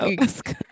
Ask